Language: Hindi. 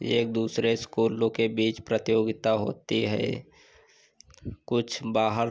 और एक दूसरे स्कूलों के बीच प्रतियोगिता होती है कुछ बाहर